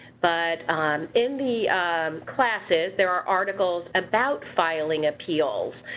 but in the classes there are articles about filing appeals.